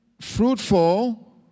Fruitful